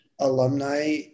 alumni